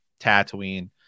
Tatooine